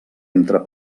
entre